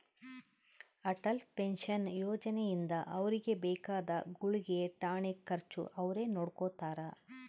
Atal pension ಯೋಜನೆ ಇಂದ ಅವ್ರಿಗೆ ಬೇಕಾದ ಗುಳ್ಗೆ ಟಾನಿಕ್ ಖರ್ಚು ಅವ್ರೆ ನೊಡ್ಕೊತಾರ